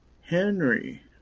Henry